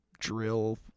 Drill